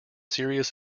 serious